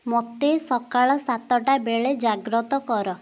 ମୋତେ ସକାଳ ସାତଟା ବେଳେ ଜାଗ୍ରତ କର